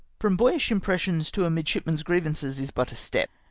from boyish impressions to a midshipman's griev ances is but a step.